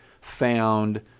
found